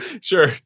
Sure